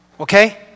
Okay